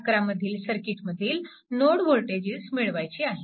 11 मधील सर्किटमधील node voltages मिळवायची आहेत